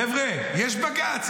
חבר'ה, יש בג"ץ.